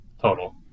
total